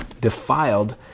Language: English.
defiled